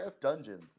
Dungeons